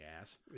ass